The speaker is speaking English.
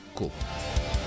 cool